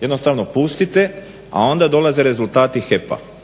Jednostavno pustite a onda dolaze rezultati HEP-a